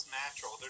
natural